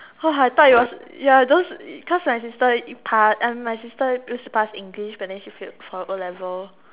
I thought it was ya those cause my sister passed I mean my sister used to pass English but then she failed for O-levels